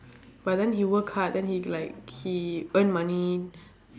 but then he work hard then he like he earn money